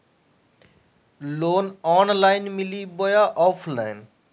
Loan online मिली बोया offline?